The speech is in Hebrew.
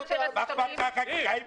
מה אכפת לך החקיקה אם